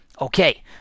Okay